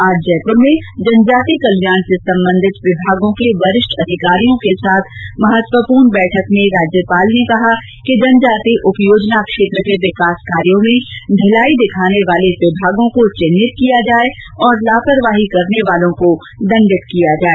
आज जयपुर में जनजाति कल्याण से संबंधित विभागों के वरिष्ठ अधिकारियों के साथ महत्वपूर्ण बैठक में राज्यपाल ने कहा कि जनजाति उपयोजना क्षेत्र के विकास कार्यो में ढिलाई दिखाने वाले विभागों को चिन्हित किया जाए और लापरवाही करने वालों को दण्डित किया जाए